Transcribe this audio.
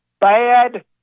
bad